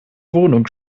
wohnung